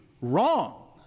wrong